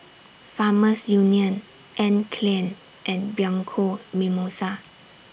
Farmers Union Anne Klein and Bianco Mimosa